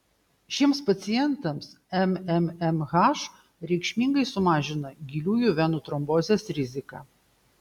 šiems pacientams mmmh reikšmingai sumažina giliųjų venų trombozės riziką